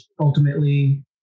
ultimately